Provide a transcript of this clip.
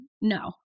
no